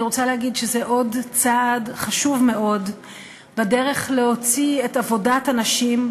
אני רוצה להגיד שזה עוד צעד חשוב מאוד בדרך להוציא את עבודת הנשים,